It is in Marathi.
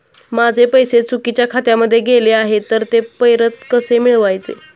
माझे पैसे चुकीच्या खात्यामध्ये गेले आहेत तर ते परत कसे मिळवायचे?